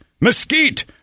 mesquite